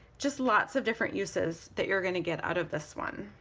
just lots of different uses that you're gonna get out of this one.